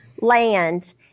land